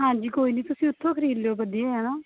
ਹਾਂਜੀ ਕੋਈ ਨਹੀਂ ਤੁਸੀਂ ਉਥੋਂ ਖ਼ਰੀਦ ਲਿਓ ਵਧੀਆ ਹੈ ਨਾ